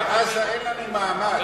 לצערי, בעזה אין לנו מעמד.